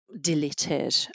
deleted